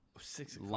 six